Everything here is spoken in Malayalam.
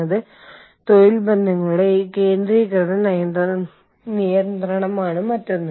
ഓസ്ട്രേലിയയിലെ ഓഫീസിൽ ഇരിക്കുന്ന ആളുകൾക്ക് വ്യത്യസ്തമായ ആവശ്യങ്ങളുണ്ടാകും